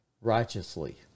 righteously